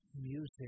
music